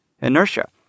inertia